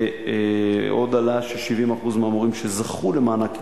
עוד עלה ש-70% מהמורים שזכו למענק הצטיינות,